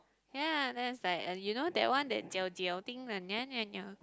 ya that's like and you know that one that jiao jiao thing and